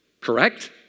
Correct